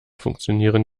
funktionieren